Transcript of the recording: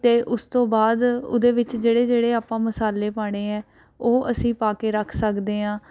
ਅਤੇ ਉਸ ਤੋਂ ਬਾਅਦ ਉਹਦੇ ਵਿੱਚ ਜਿਹੜੇ ਜਿਹੜੇ ਆਪਾਂ ਮਸਾਲੇ ਪਾਉਣੇ ਹੈ ਉਹ ਅਸੀਂ ਪਾ ਕੇ ਰੱਖ ਸਕਦੇ ਹਾਂ